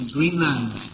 Greenland